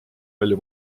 välja